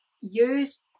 use